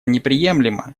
неприемлемо